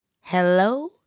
Hello